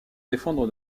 défendre